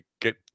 get